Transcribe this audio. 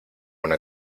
una